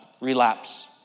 Relapse